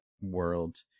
world